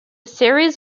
series